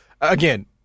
again